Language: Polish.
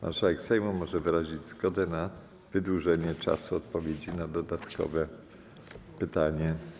Marszałek Sejmu może wyrazić zgodę na wydłużenie czasu odpowiedzi na dodatkowe pytanie.